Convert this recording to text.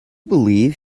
believe